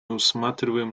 усматриваем